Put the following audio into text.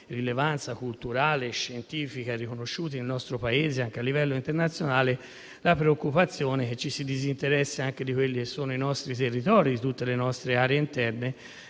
rilevanza culturale e scientifica, riconosciuti nel nostro Paese e anche a livello internazionale, la preoccupazione è che ci si disinteressi anche dei nostri territori, di tutte le nostre aree interne,